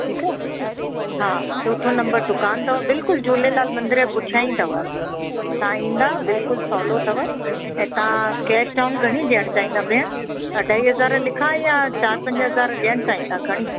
ठीकु आहे हा चौथो नंबर दुकानु अथव बिल्कुल झूलेलाल मंदिर जे पुठिया ई अथव तव्हां ईंदा बिल्कुलु सवलो अथव ऐं तव्हां कैश डाउन घणी ॾेयण चाहिंदा भेण अढ़ाई हज़ार लिखा या चारि पंज हज़ार ॾेयनि चाहींदा घणी